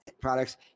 products